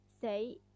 say